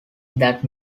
that